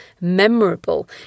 memorable